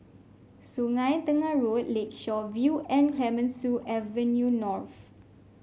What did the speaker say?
Sungei Tengah Road Lakeshore View and Clemenceau Avenue North